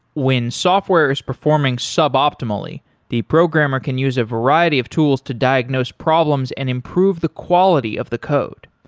when software is performing sub-optimally the programmer can use a variety of tools to diagnose problems and improve the quality of the code.